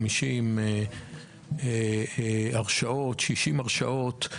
50 או 60 הרשעות,